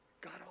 God